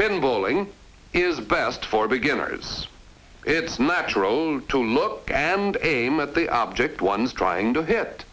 pin bowling is best for beginners it's natural to look and at the object once trying to hit